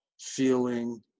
feeling